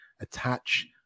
attach